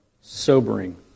sobering